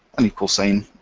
an equals sign,